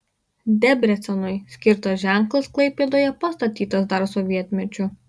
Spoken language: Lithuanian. debrecenui skirtas ženklas klaipėdoje pastatytas dar sovietmečiu